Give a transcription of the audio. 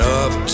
up